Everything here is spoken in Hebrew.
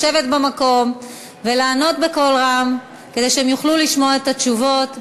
לשבת במקום ולענות בקול רם כדי שהם יוכלו לשמוע את התשובות.